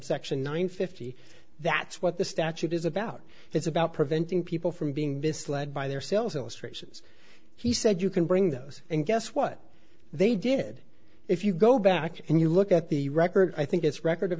subsection nine fifty that's what the statute is about it's about preventing people from being misled by their sales illustrations he said you can bring those and guess what they did if you go back and you look at the record i think it's record of